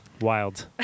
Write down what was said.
Wild